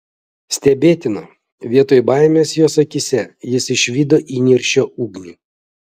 stebėtina vietoj baimės jos akyse jis išvydo įniršio ugnį